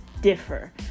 differ